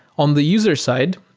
on the user side,